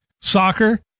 soccer